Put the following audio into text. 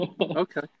Okay